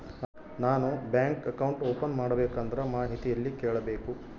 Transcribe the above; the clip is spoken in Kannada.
ನಾನು ಬ್ಯಾಂಕ್ ಅಕೌಂಟ್ ಓಪನ್ ಮಾಡಬೇಕಂದ್ರ ಮಾಹಿತಿ ಎಲ್ಲಿ ಕೇಳಬೇಕು?